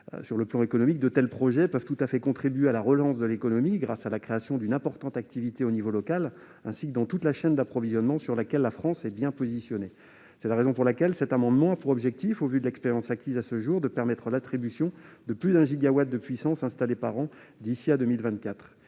renouvelables. Économiquement, de tels projets peuvent tout à fait contribuer à la relance de l'économie grâce à la création d'une importante activité au niveau local, ainsi que dans toute la chaîne d'approvisionnement, sur laquelle la France est bien positionnée. C'est la raison pour laquelle nous avons déposé cet amendement. Il a pour objet, au vu de l'expérience acquise à ce jour, de permettre l'attribution de plus de 1 gigawatt de puissance installée par an d'ici à 2024.